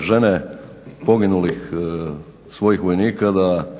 žene poginulih svojih vojnika da